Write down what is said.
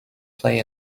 play